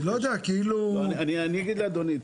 אני אגיד לאדוני,